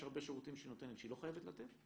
יש הרבה שירותים שהיא נותנת שהיא לא חייבת לתת.